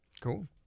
Cool